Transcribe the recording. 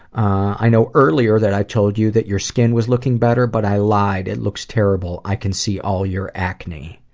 i know earlier that i told you that your skin was looking better, but i lied. it looks terrible i can see all your acne.